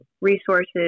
resources